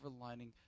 lining